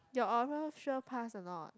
your oral sure pass or not